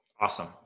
Awesome